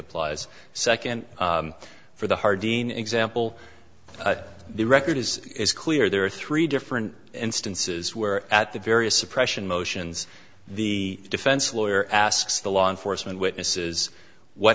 applies second for the hardeen example the record is clear there are three different instances where at the various suppression motions the defense lawyer asks the law enforcement witnesses what